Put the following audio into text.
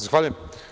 Zahvaljujem.